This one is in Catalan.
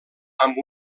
amb